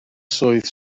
swydd